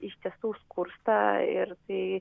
iš tiesų skursta ir tai